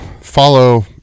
follow